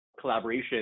collaboration